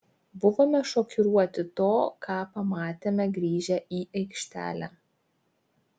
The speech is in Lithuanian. buvome šokiruoti to ką pamatėme grįžę į aikštelę